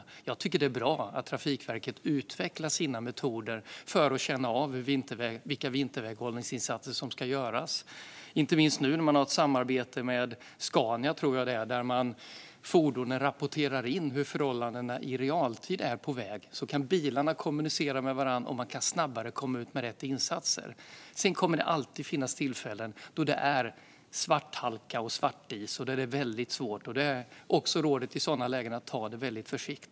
Jag tycker att det är bra att Trafikverket utvecklar sina metoder för att känna av vilka vinterväghållningsinsatser som ska göras, inte minst nu när man har ett samarbete med Scania, tror jag att det är, där fordonen i realtid rapporterar in hur förhållandena är på vägen. Då kan bilarna kommunicera med varandra, och man kan snabbare komma ut med rätt insatser. Sedan kommer det alltid att finnas tillfällen då det är svarthalka och svartis, och då är det väldigt svårt. Rådet i sådana lägen är att ta det väldigt försiktigt.